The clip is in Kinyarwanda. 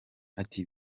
ati